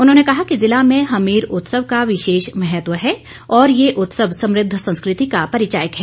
उन्होंने कहा कि जिला में हमीर उत्सव का विशेष महत्व है और ये उत्सव समृद्ध संस्कृति का परिचायक है